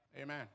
Amen